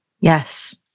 Yes